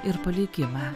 ir palikimą